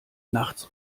nachts